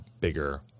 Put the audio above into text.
bigger